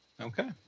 Okay